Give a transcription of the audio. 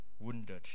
wounded